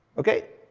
okay.